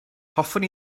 hoffwn